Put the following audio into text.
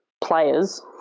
players